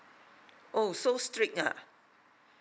oh so strict ah